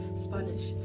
Spanish